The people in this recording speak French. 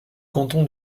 canton